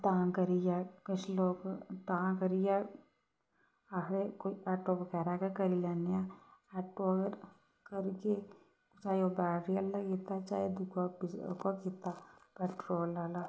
तां करियै किश लोक तां करियै आखदे कोई आटो बगैरा गै करी लैन्ने आं आटो अगर करगे चाहें ओह् बैटरी आह्ला कीता चाहें दूआ ओह्का कीता पेट्रोल आह्ला